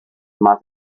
más